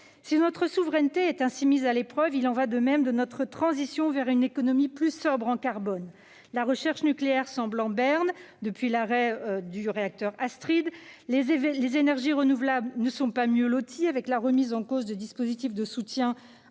Si notre souveraineté est ainsi mise à l'épreuve, il en va de même de notre transition vers une économie plus sobre en carbone. La recherche nucléaire semble en berne depuis l'arrêt du réacteur Astrid ; les énergies renouvelables ne sont pas mieux loties, avec la remise en cause de dispositifs de soutien